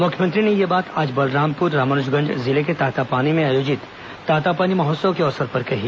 मुख्यमंत्री ने यह बात आज बलरामपुर रामानुजगंज जिले के तातापानी में आयोजित तातापानी महोत्सव के अवसर पर कही